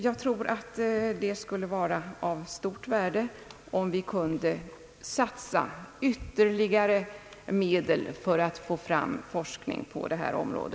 Jag tror att det skulle vara av stort värde om vi kunde satsa ytterligare medel för att få fram forskning på detta område.